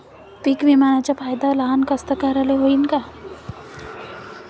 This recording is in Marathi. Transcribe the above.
पीक विम्याचा फायदा लहान कास्तकाराइले होईन का?